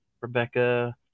Rebecca